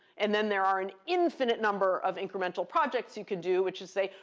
and then there are an infinite number of incremental projects you could do, which is say,